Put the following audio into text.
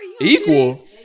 Equal